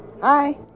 Hi